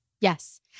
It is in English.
Yes